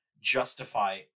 Justify